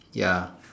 ya